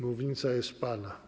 Mównica jest pana.